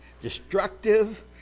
destructive